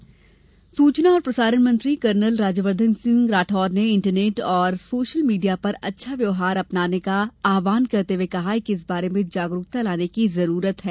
राज्यवर्द्धन सूचना और प्रसारण मंत्री कर्नल राज्य वर्धन राठौड़ ने इंटरनेट और सोशल मीडिया पर अच्छा व्यवहार अपनाने का आहवान करते हुए कहा कि इस बारे में जागरूकता लाने की जरूरत है